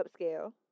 upscale